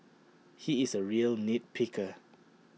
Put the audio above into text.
he is A real nit picker